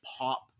pop